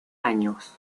años